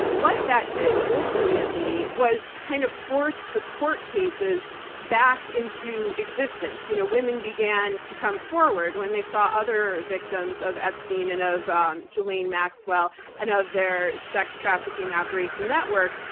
what that did, ultimately, was kind of force the court cases back into existence. you know women began to come forward when they saw other victims of epstein and of ghislaine maxwell and of their sex trafficking operation network.